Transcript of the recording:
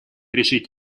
решить